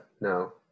no